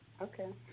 Okay